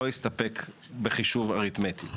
לא הסתפק בחישוב אריתמטי.